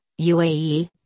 UAE